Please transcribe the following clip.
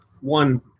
one